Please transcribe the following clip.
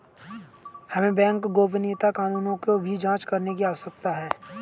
हमें बैंक गोपनीयता कानूनों की भी जांच करने की आवश्यकता है